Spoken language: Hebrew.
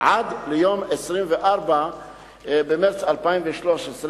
עד ליום 23 במרס 2013,